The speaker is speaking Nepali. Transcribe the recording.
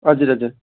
हजुर हजुर